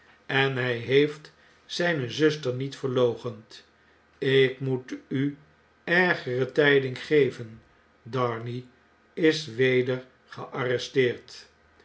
en hg heeft zgne zuster niet verloochend ik moet u ergere tgding geven darnay is weder gearresteerd